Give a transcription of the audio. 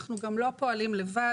אנחנו גם לא פועלים לבד,